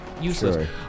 useless